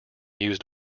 used